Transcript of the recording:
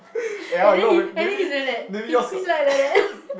and then he and then he's like that his his like like that